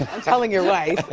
i'm telling your wife.